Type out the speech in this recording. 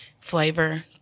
Flavor